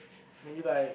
maybe like